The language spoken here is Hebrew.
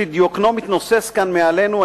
שדיוקנו מתנוסס כאן מעלינו,